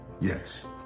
Yes